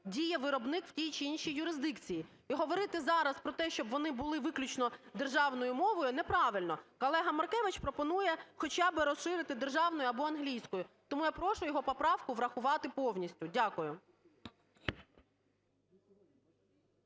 діє виробник в тій чи іншій юрисдикції. І говорити зараз про те, щоб вони були виключно державною мовою, неправильно. Колега Маркевич пропонує хоча би розширити: державною або англійською. Тому я прошу його поправку врахувати повністю. Дякую.